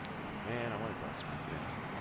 oh man, i want to draw it straight, but anyway,